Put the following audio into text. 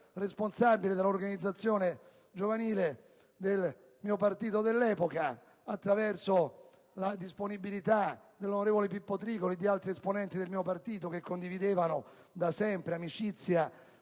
responsabile dell'organizzazione giovanile del mio partito e, attraverso la disponibilità dell'onorevole Pippo Tricoli e di altri esponenti del mio partito, che da sempre condividevano un'amicizia